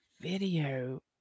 video